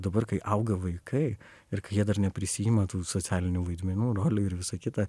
dabar kai auga vaikai ir kai jie dar neprisiima tų socialinių vaidmenų rolių ir visa kita